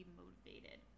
motivated